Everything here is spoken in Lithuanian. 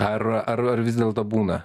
ar ar ar vis dėlto būna